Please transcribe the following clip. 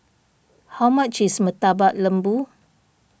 how much is Murtabak Lembu